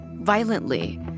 violently